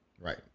Right